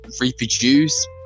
reproduce